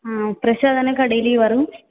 ம் ஃப்ரெஷ்ஷாதானக்கா டெய்லியும் வரும்